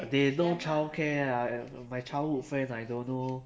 they no childcare ah they my childhood friend I don't know